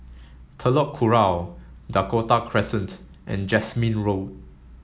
Telok Kurau Dakota Crescent and Jasmine Road